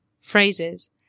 phrases